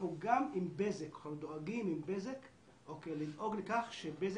אנחנו דואגים עם בזק לדאוג לכך שבזק